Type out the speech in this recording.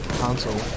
console